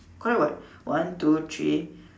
correct what one two three